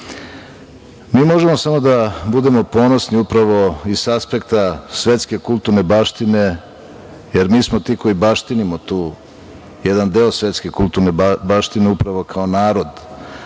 možemo samo da budemo ponosni upravo i sa aspekta svetske kulturne baštine, jer mi smo ti koji baštinimo tu jedan deo svetske kulturne baštine upravo kao narod,